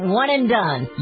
one-and-done